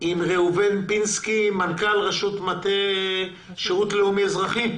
עם ראובן פינסקי, מנכ"ל רשות שירות לאומי אזרחי.